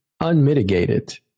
unmitigated